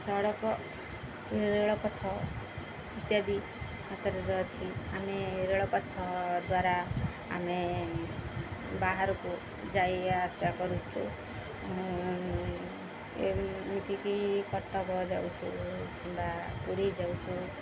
ସଡ଼କ ରେଳପଥ ଇତ୍ୟାଦି ହାତରେ ଅଛି ଆମେ ରେଳପଥ ଦ୍ୱାରା ଆମେ ବାହାରକୁ ଯାଇ ଆଶା କରୁଛୁ ଯେମିତିକି କଟକ ଯାଉଛୁ କିମ୍ବା ପୁରୀ ଯାଉଛୁ